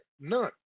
None